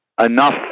enough